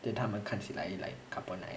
对他们看起来 like couple 那样